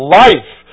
life